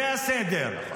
זה הסדר.